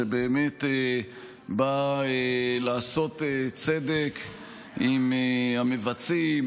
שבאמת באה לעשות צדק עם המבצעים,